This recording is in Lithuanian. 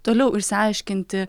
toliau išsiaiškinti